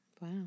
Wow